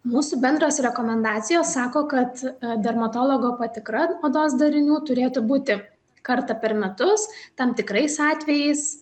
mūsų bendros rekomendacijos sako kad dermatologo patikra odos darinių turėtų būti kartą per metus tam tikrais atvejais